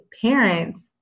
parents